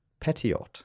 Petiot